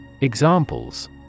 Examples